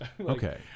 Okay